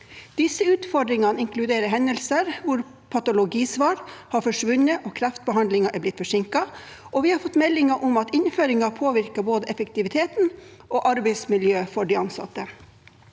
Disse utfordringene inkluderer hendelser hvor patologisvar har forsvunnet og kreftbehandlingen er blitt forsinket, og vi har fått meldinger om at innføringen påvirker både effektiviteten til og arbeidsmiljøet for de ansatte.